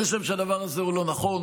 אני חושב שהדבר הזה לא נכון,